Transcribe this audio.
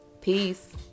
Peace